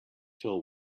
till